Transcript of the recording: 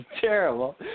terrible